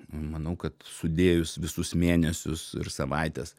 manau kad sudėjus visus mėnesius ir savaites